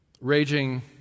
raging